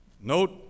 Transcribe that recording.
Note